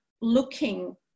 looking